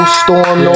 storm